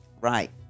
right